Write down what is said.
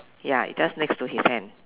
ya just next to his hand